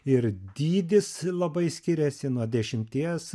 ir dydis labai skiriasi nuo dešimties